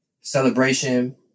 Celebration